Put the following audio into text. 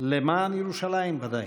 למען ירושלים, בוודאי.